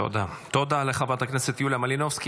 תודה לחברת הכנסת יוליה מלינובסקי.